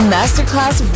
Masterclass